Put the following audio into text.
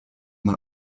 man